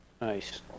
Nice